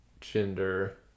gender